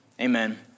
amen